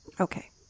Okay